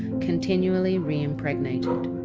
continually reimpregnated.